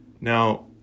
Now